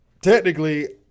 Technically